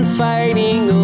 fighting